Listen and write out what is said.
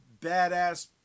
badass